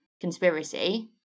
conspiracy